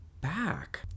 back